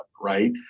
Right